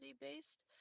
based